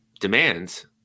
demands